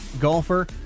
golfer